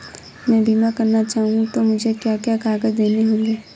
मैं बीमा करना चाहूं तो मुझे क्या क्या कागज़ देने होंगे?